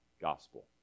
gospel